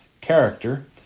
character